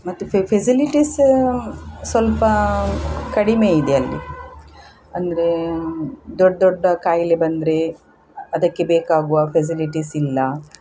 ಮತ್ತು ಫೆ ಫೆಸಿಲಿಟೀಸ್ ಸ್ವಲ್ಪ ಕಡಿಮೆ ಇದೆ ಅಲ್ಲಿ ಅಂದರೆ ದೊಡ್ಡ ದೊಡ್ಡ ಕಾಯಿಲೆ ಬಂದರೆ ಅದಕ್ಕೆ ಬೇಕಾಗುವ ಫೆಸಿಲಿಟೀಸ್ ಇಲ್ಲ